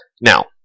Now